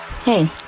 Hey